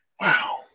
Wow